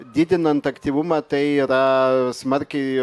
didinant aktyvumą tai yra smarkiai